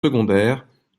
secondaires